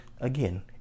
again